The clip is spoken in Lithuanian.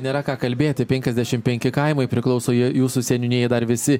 nėra ką kalbėti penkiasdešimt penki kaimai priklauso jų jūsų seniūnijai dar visi